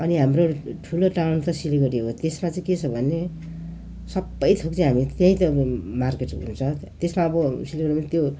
अनि हाम्रो ठुलो टाउन त सिलगढी हो त्यसमा चाहिँ के छ भने सबै थोक चाहिँ हामी त्यहीँ त अब मार्केटहरू छ त्यसमा अब सिलगढीमा त्यो